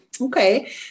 Okay